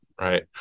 right